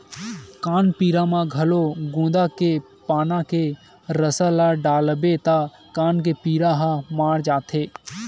कान पीरा म घलो गोंदा के पाना के रसा ल डालबे त कान के पीरा ह माड़ जाथे